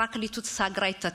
שהפרקליטות סגרה את התיק.